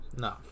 No